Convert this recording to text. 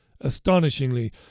astonishingly